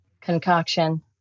concoction